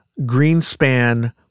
Greenspan